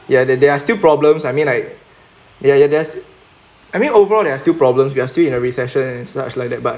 ya there there are still problems I mean like ya ya just I mean overall there are still problems we are still in a recession and such like that but